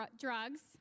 drugs